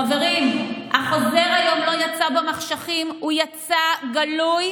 חברים, החוזר היום לא יצא במחשכים, הוא יצא גלוי